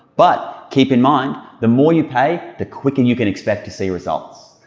but keep in mind the more you pay the quick and you can expect to see results.